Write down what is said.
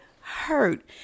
hurt